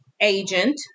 agent